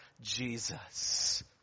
Jesus